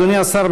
אדוני השר,